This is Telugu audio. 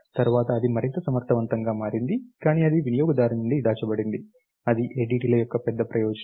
తరువాత అది మరింత సమర్థవంతంగా మారింది కానీ అది వినియోగదారు నుండి దాచబడింది అది ADTల యొక్క పెద్ద ప్రయోజనం